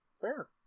Fair